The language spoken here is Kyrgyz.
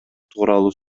тууралуу